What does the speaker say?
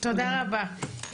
תודה רבה.